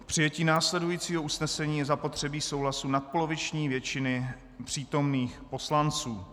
K přijetí následujícího usnesení je zapotřebí souhlasu nadpoloviční většiny přítomných poslanců.